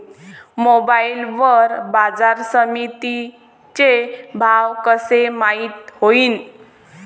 Mobile वर बाजारसमिती चे भाव कशे माईत होईन?